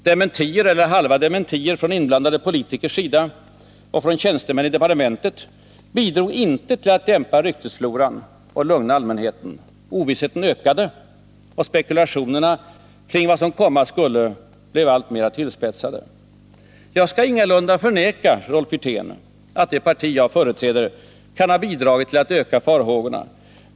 Dementier eller halva dementier från inblandade politikers sida och från tjänstemän i departementet bidrog inte till att dämpa ryktesfloran och lugna allmänheten. Ovissheten ökade, och spekulationerna kring vad som komma skulle blev alltmer tillspetsade. Jag skall ingalunda förneka, Rolf Wirtén, att det parti jag företräder kan ha bidragit till att öka farhågorna.